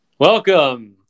Welcome